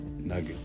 nugget